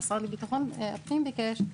המשרד לביטחון הפנים ביקש,